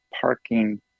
parking